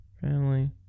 family